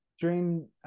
dream